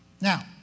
Now